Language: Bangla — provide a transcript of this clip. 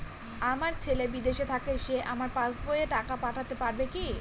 আমার ছেলে বিদেশে থাকে সে আমার পাসবই এ টাকা পাঠাতে পারবে কি?